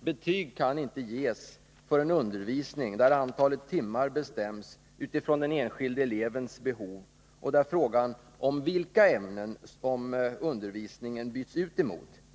Betyg kan inte ges för undervisning där antalet timmar bestäms av den enskilde elevens behov och där det inte specifikt angivits vilka ämnen undervisningen byts ut emot.